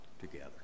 together